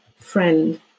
friend